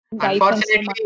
Unfortunately